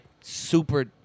super